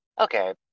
okay